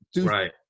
Right